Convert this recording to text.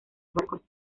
barcos